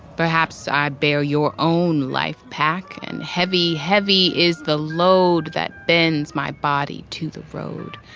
perhaps i bear your own life pack. and heavy, heavy is the load that bends my body to the road.